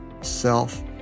self